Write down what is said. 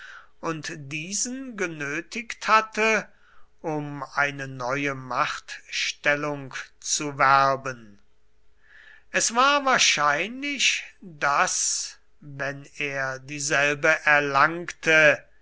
und diesen genötigt hatte um eine neue machtstellung zu werben es war wahrscheinlich daß wenn er dieselbe erlangte